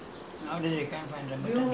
now we can't find